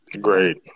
great